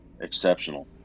exceptional